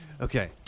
Okay